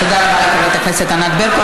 תודה רבה לחברת הכנסת ענת ברקו.